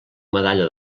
medalla